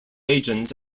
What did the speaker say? agent